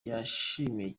yashimiye